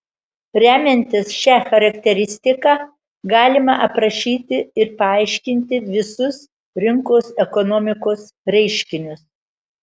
remiantis šia charakteristika galima aprašyti ir paaiškinti visus rinkos ekonomikos reiškinius